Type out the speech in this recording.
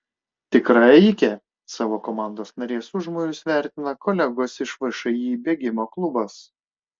tikra ėjikė savo komandos narės užmojus vertina kolegos iš všį bėgimo klubas